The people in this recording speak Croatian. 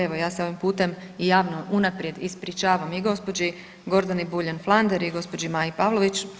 Evo ja se ovim putem i javno unaprijed ispričavam i gospođi Gordani Buljan Flander i gospođi Maji Pavlović.